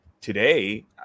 today